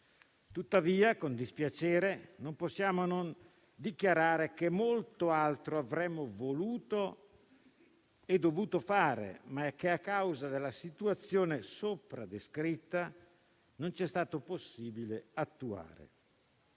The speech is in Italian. Tuttavia, con dispiacere non possiamo non dichiarare che molto altro avremmo voluto e dovuto fare, ma che a causa della situazione sopra descritta non ci è stato possibile attuare.